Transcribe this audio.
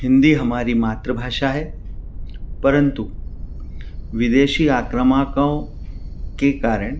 हिन्दी हमारी मातृभाषा है परन्तु विदेशी आक्रामकों के कारण